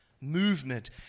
movement